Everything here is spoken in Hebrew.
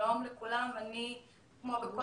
רגע, בואו נעשה את זה קצר.